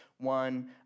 one